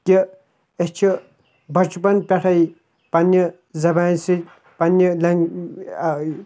کہ أسۍ چھِ بَچپَن پٮ۪ٹھَے پںٛںہِ زبانہِ سۭتۍ پںٛنہِ لنگ